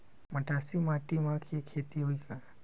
मटासी माटी म के खेती होही का?